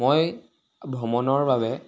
মই ভ্ৰমণৰ বাবে